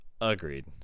Agreed